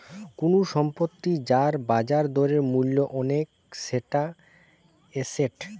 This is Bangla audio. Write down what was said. কুনু সম্পত্তি যার বাজার দরে মূল্য অনেক সেটা এসেট